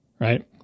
right